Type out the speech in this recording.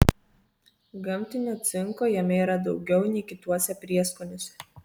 gamtinio cinko jame yra daugiau nei kituose prieskoniuose